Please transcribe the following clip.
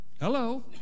Hello